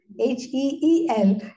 H-E-E-L